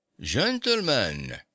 gentlemen